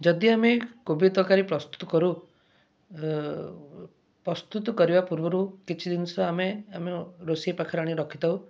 ଯଦି ଆମେ କୋବି ତରକାରୀ ପ୍ରସ୍ତୁତ କରୁ ପ୍ରସ୍ତୁତ କରିବା ପୂର୍ବରୁ କିଛି ଜିନିଷ ଆମେ ଆମେ ରୋଷେଇ ପାଖରେ ଆଣି ରଖିଥାଉ